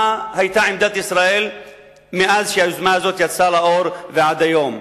מה היתה עמדת ישראל מאז יצאה היוזמה הזאת לאור ועד היום?